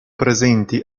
presenti